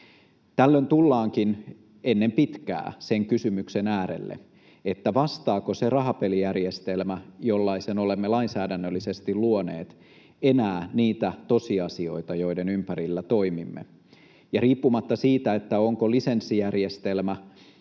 Tällöin tullaankin ennen pitkää sen kysymyksen äärelle, vastaako se rahapelijärjestelmä, jollaisen olemme lainsäädännöllisesti luoneet, enää niitä tosiasioita, joiden ympärillä toimimme. Ja riippumatta siitä, onko lisenssijärjestelmä